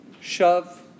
shove